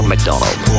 McDonald